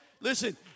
Listen